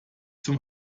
zum